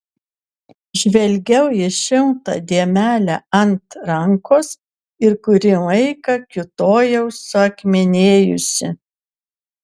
žvelgiau į šiltą dėmelę ant rankos ir kurį laiką kiūtojau suakmenėjusi